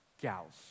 gals